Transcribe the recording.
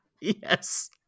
Yes